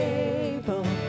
able